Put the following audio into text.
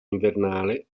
invernale